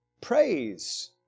Praise